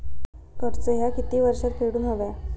कर्ज ह्या किती वर्षात फेडून हव्या?